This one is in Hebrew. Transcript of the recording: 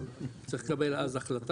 צריך לקבל אז החלטה,